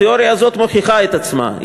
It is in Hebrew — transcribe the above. התיאוריה הזאת מוכיחה את עצמה.